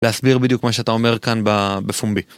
להסביר בדיוק מה שאתה אומר כאן בפומבי.